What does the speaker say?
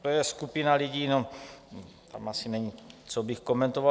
To je skupina lidí no, tam asi není, co bych komentoval.